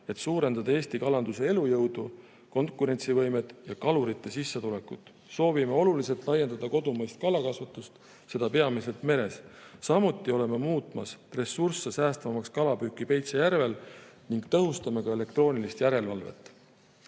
et suurendada Eesti kalanduse elujõudu, konkurentsivõimet ja kalurite sissetulekut. Soovime oluliselt laiendada kodumaist kalakasvatust, seda peamiselt meres. Samuti oleme muutmas ressursse säästvamaks kalapüüki Peipsi järvel ning tõhustame ka elektroonilist